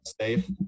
safe